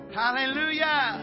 hallelujah